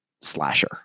slasher